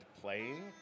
playing